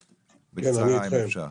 בקצרה, אם אפשר.